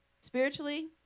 Spiritually